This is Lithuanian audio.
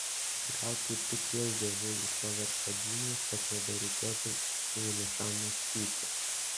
gal kaip tik jas dievulis paverčia dūmais kad nebereikėtų vienišam mąstyti